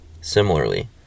Similarly